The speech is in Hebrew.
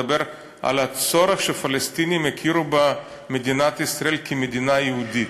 מדבר על הצורך שהפלסטינים יכירו במדינת ישראל כמדינה יהודית.